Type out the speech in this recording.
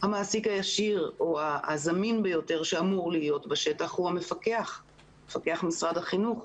המעסיק הישיר או הזמין ביותר שאמור להיות בשטח או מפקח משרד החינוך,